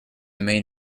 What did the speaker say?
main